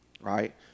right